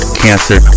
cancer